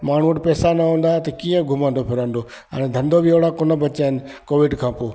माण्हुनि वटि पैसा न हूंदा त कीअं घुमंदो फिरंदो हाणे धंधा बि अहिड़ा कोन बचा आहिनि कोविड खां पोइ